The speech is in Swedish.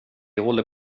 håller